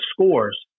scores